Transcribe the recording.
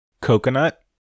coconut